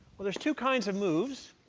well, there's two kinds of moves.